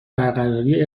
برقراری